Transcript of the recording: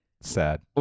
sad